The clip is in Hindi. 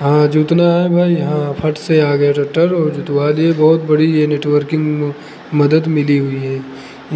हां जोतना है भाई हाँ फट से आ गए टेक्टर और जोतवा लिए बहुत बड़ी ये नेटवर्किंग में मदद मिली हुई है